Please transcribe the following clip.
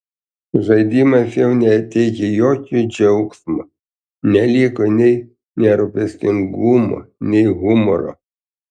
žaidimas jau neteikė jokio džiaugsmo neliko nei nerūpestingumo nei humoro